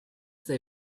they